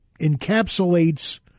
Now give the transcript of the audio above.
encapsulates